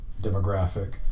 demographic